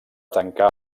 tancar